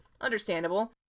understandable